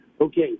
Okay